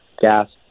gas